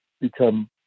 become